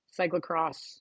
cyclocross